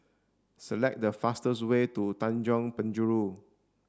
select the fastest way to Tanjong Penjuru